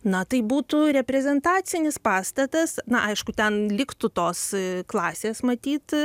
na tai būtų reprezentacinis pastatas na aišku ten liktų tos klasės matyt